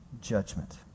judgment